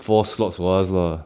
four slots for us lah